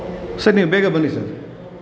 sir ನೀವು ಬೇಗ ಬನ್ನಿ ಸರ್